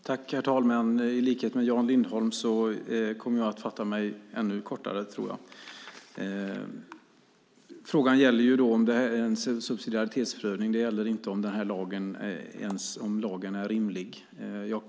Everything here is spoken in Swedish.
Herr talman! I likhet med Jan Lindholm kommer jag att fatta mig kort, kanske ännu kortare. Frågan om en subsidiaritetsprövning gäller inte om ifall lagen är rimlig.